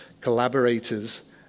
collaborators